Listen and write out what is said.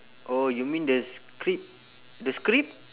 oh you mean the script the script